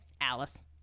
Alice